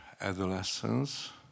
adolescence